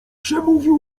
przemówił